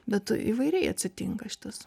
bet įvairiai atsitinka šitas